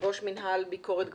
ראש מינהל ביקורת גבולות.